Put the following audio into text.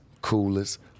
coolest